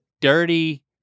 dirty